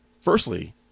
Firstly